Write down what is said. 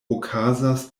okazas